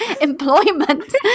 Employment